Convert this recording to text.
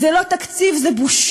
זה לא תקציב, זה בושה,